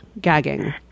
gagging